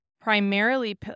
primarily